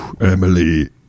Emily